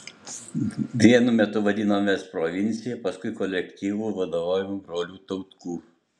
vienu metu vadinomės provincija paskui kolektyvu vadovaujamu brolių tautkų